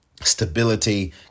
Stability